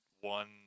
One